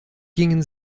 gingen